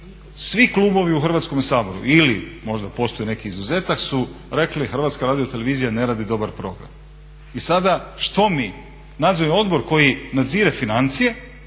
svi klubovi u Hrvatskom saboru ili možda postoji neki izuzetak su rekli HRT ne radi dobar program. I sada što mi? Nadzorni odbor koji nadzire financije